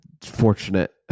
fortunate